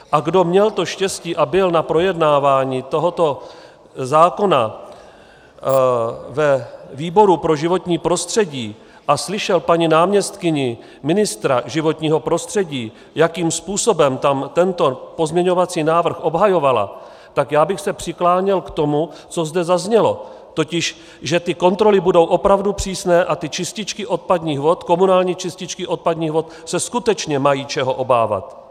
A kdo měl to štěstí a byl na projednávání tohoto zákona ve výboru pro životní prostředí a slyšel paní náměstkyni ministra životního prostředí, jakým způsobem tam tento pozměňovací návrh obhajovala, tak já bych se přikláněl k tomu, co zde zaznělo, totiž že kontroly budou opravdu přísné a čističky odpadních vod, komunální čističky odpadních vod, se skutečně mají čeho obávat.